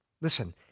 listen